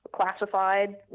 classified